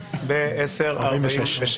הצבעה בעד, 5 נגד,